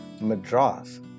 Madras